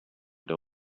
they